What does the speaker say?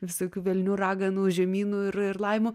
visokių velnių raganų žemynų ir ir laimų